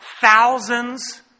thousands